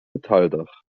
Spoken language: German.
metalldach